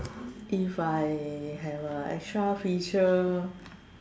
if I have a extra feature